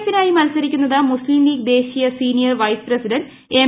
എഫിനായി മത്സരിക്കുന്നത് മുസ്ലിം ലീഗ് ദേശീയ senior vice president M